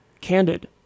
Candid